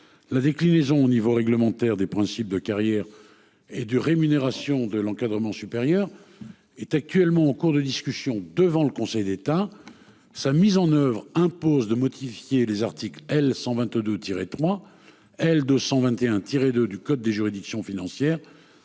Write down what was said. la déclinaison au niveau réglementaire des principes de carrière et de rémunération de l'encadrement supérieur est actuellement en cours de discussion devant le Conseil d'État. Sa mise en oeuvre impose de modifier les articles L 122 tiré trois L 221 tiré de du code des juridictions financières